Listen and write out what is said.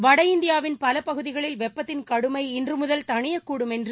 வட இந்தியாவின் பல பகுதிகளில் வெப்பத்தின் கடுமை இன்று முதல் தனியக்கூடும் என்று